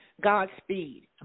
Godspeed